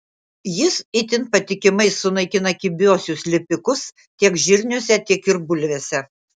jis itin patikimai sunaikina kibiuosius lipikus tiek žirniuose tiek ir bulvėse